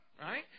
right